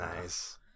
nice